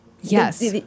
yes